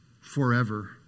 forever